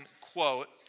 quote